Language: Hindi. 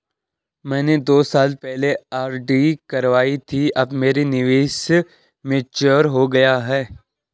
मैंने दो साल पहले आर.डी करवाई थी अब मेरा निवेश मैच्योर हो गया है